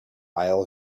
isle